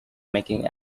making